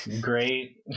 great